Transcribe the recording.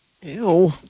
Ew